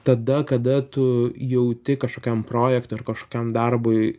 tada kada tu jauti kažkokiam projektui ar kažkokiam darbui